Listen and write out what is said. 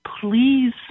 please